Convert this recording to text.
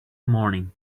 morning